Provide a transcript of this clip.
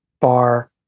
bar